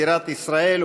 בירת ישראל,